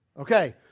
Okay